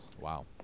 Wow